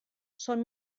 són